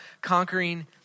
conquering